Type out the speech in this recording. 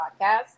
podcast